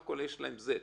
סך-הכול יש להם Z,